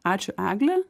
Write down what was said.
ačiū egle